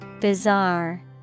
Bizarre